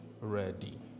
ready